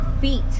feet